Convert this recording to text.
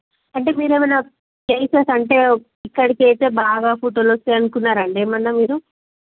అంటే మీరేమైనా ప్లేసెస్ అంటే ఇక్కడ అయితే బాగా ఫోటోలు వస్తాయనుకున్నారా అండి ఏమైనా మీరు